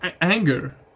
anger